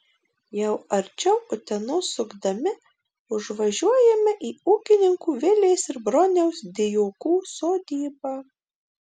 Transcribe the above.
jau arčiau utenos sukdami užvažiuojame į ūkininkų vilės ir broniaus dijokų sodybą